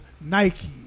Nike